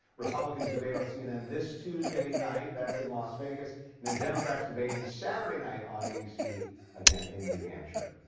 republicans debate on cnn this tuesday night, that's in las vegas, and then democrats debating saturday night on abc again in new hampshire.